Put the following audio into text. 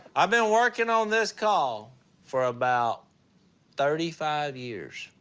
i been working on this call for about thirty five years.